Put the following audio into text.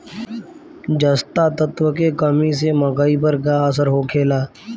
जस्ता तत्व के कमी से मकई पर का असर होखेला?